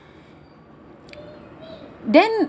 then